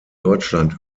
deutschland